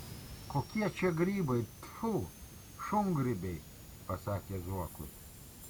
kokie čia grybai tfu šungrybiai pasakė zuokui